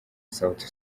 sauti